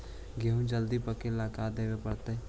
गेहूं जल्दी पके ल का देबे पड़तै?